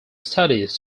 studies